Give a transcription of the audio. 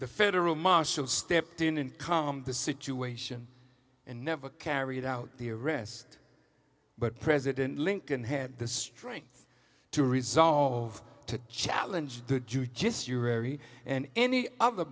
the federal marshal stepped in and calm the situation and never carried out the arrest but president lincoln had the strength to resolve to challenge